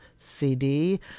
CD